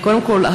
קודם כול,